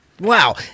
Wow